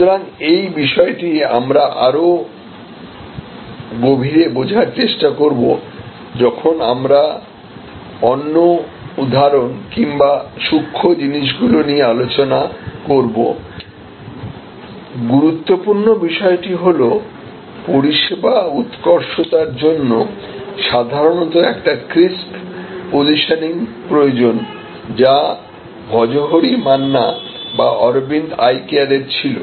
সুতরাং এই বিষয়টি আমরা আরো গভীরে বোঝার চেষ্টা করব যখন আমরা অন্য উদাহরণ কিংবা সুক্ষ্ম জিনিস গুলো নিয়ে আলোচনা করব গুরুত্বপূর্ণ বিষয়টি হল পরিষেবা উৎকর্ষতার জন্য সাধারণত একটি ক্রিসপ পসিশনিং প্রয়োজন যা ভজহরি মান্না বা অরবিন্দ আই কেয়ার এর ছিল